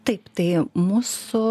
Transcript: taip tai mūsų